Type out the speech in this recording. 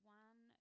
one